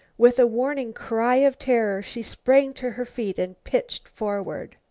with a warning cry of terror she sprang to her feet and pitched forward.